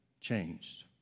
changed